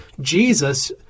Jesus